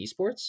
esports